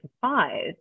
five